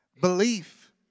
Belief